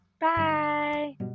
bye